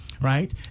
right